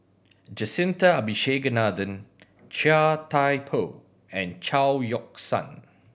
Jacintha Abisheganaden Chia Thye Poh and Chao Yoke San